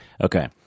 Okay